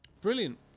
Brilliant